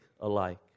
alike